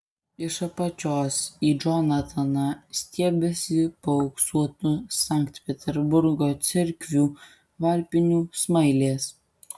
iš apačios į džonataną stiebiasi paauksuotų sankt peterburgo cerkvių varpinių smailės